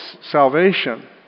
salvation